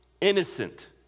innocent